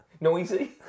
Noisy